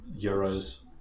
euros